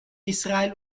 i̇srail